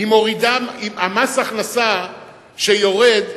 מס הכנסה שיורד,